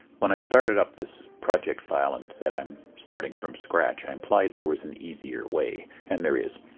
when i started up this project file and said i'm starting from scratch i implied there was an easier way. and there is.